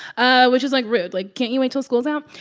ah which is, like, rude. like, can't you wait till school's out?